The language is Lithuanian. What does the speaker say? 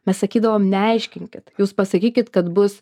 mes sakydavom neaiškinkit jūs pasakykit kad bus